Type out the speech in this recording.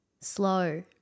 slow